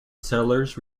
settlers